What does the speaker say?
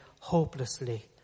hopelessly